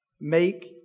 make